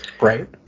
Right